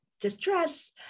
distress